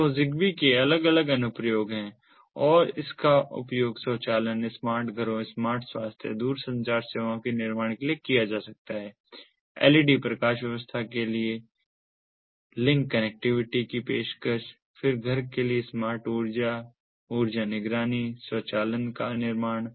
तो ZigBee के अलग अलग अनुप्रयोग हैं और इसका उपयोग स्वचालन स्मार्ट घरों स्मार्ट स्वास्थ्य दूरसंचार सेवाओं के निर्माण के लिए किया जा सकता है एलईडी प्रकाश व्यवस्था के लिए लिंक कनेक्टिविटी की पेशकश फिर घर के लिए स्मार्ट ऊर्जा ऊर्जा निगरानी स्वचालन का निर्माण